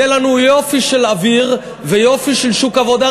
יהיה לנו יופי של אוויר ויופי של שוק עבודה,